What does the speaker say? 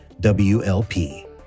WLP